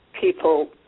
People